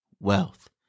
wealth